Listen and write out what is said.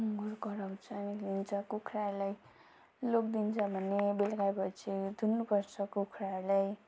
सुँगुर कराउँछ हिँड्छ कुखुराहरूलाई लगिदिन्छ भनि बेलुका भएपछि थुन्नुपर्छ कुखुराहरूलाई